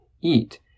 eat